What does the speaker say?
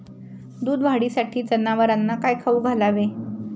दूध वाढीसाठी जनावरांना काय खाऊ घालावे?